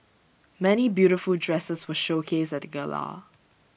many beautiful dresses were showcased at the gala